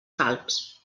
calbs